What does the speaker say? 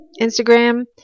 Instagram